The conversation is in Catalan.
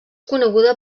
coneguda